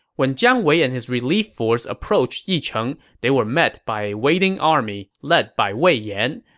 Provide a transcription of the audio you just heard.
when jiang wei and his relief force approached yicheng, they were met by a waiting ah amy, led by wei yan.